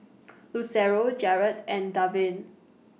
Lucero Jared and Darvin